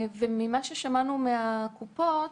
ממה ששמענו מהקופות,